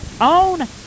own